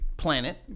planet